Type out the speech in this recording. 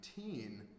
19